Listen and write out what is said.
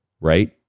right